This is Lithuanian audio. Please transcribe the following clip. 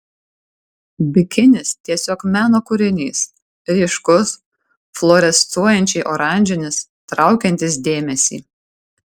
bikinis tiesiog meno kūrinys ryškus fluorescuojančiai oranžinis traukiantis dėmesį